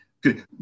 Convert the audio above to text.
good